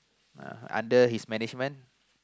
uh under his management